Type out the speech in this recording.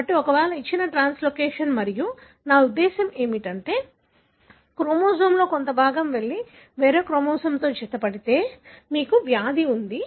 కాబట్టి ఒకవేళ ఇచ్చిన ట్రాన్స్లోకేషన్ మరియు నా ఉద్దేశ్యం ఏమిటంటే క్రోమోజోమ్లో కొంత భాగం వెళ్లి వేరే క్రోమోజోమ్తో జతచేయబడితే మీకు వ్యాధి ఉంది